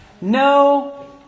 No